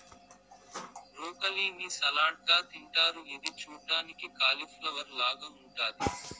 broccoli ని salad గా తింటారు ఇది చూడ్డానికి కాలిఫ్లవర్ లాగ ఉంటాది